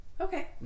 Okay